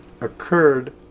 occurred